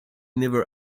never